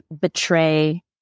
betray